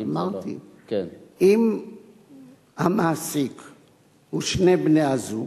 אמרתי, אם המעסיק הוא שני בני-הזוג,